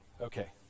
Okay